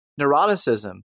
neuroticism